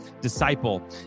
Disciple